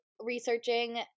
researching